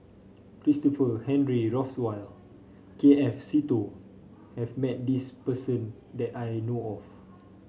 Christopher Henry Rothwell K F Seetoh have met this person that I know of